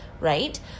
right